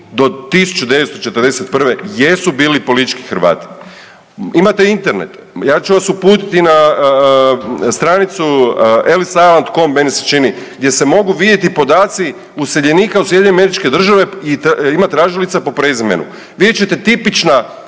do 1941. jesu bili politički Hrvati. Imate Internet, ja ću vas uputiti na stranicu …/Govornik se ne razumije./… meni se čini gdje se mogu vidjeti podaci useljenika u SAD i ima tražilica po prezimenu, vidjet ćete tipična